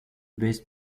best